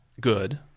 good